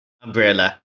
umbrella